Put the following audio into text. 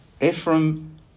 Ephraim